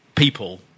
people